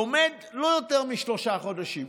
לומד לא יותר משלושה חודשים,